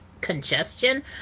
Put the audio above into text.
congestion